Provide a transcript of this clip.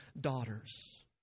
daughters